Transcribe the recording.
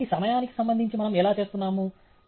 కాబట్టి సమయానికి సంబంధించి మనం ఎలా చేస్తున్నాము